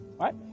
right